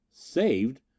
saved